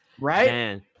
Right